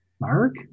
Mark